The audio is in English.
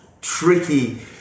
tricky